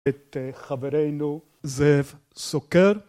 את חברנו זאב סוקר.